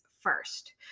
first